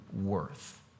worth